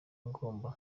ngomba